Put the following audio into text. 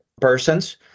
persons